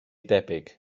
debyg